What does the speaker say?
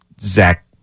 Zach